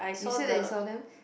you say that you saw them